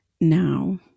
Now